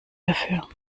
dafür